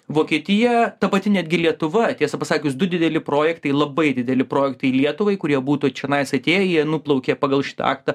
vokietija ta pati netgi lietuva tiesą pasakius du dideli projektai labai dideli projektai lietuvai kurie būtų čionais atėję jie nuplaukė pagal šitą aktą